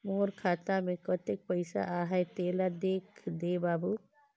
मोर खाता मे कतेक पइसा आहाय तेला देख दे बाबु?